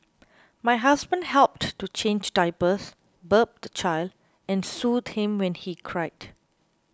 my husband helped to change diapers burp the child and soothe him when he cried